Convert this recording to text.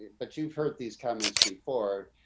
but you've heard these comments before.